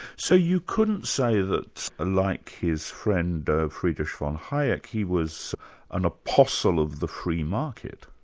so you couldn't say that ah like his friend friedrich von hayek he was an apostle of the free market?